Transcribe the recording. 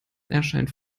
erscheint